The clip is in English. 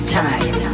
time